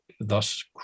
thus